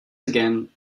again